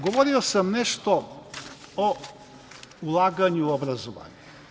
Govorio sam nešto o ulaganju obrazovanja.